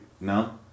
No